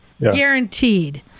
Guaranteed